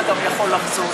אתה גם יכול לחזור.